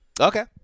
Okay